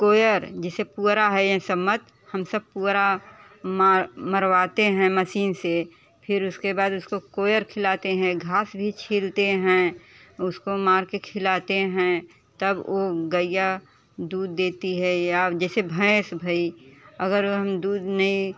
कोयर है जिसे पुअरा है ये सम्मत हम सब पुअरा मरवाते हैं मसीन से फिर उसके बाद उसको कोयर खिलाते हैं घास भी छीलते हैं उसको मार के खिलाते हैं तब उ गैया दूध देती है या जैसे भैंस भई अगर हम दूध नहीं